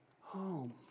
home